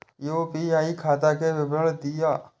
UPI खाता के विवरण दिअ?